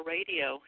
Radio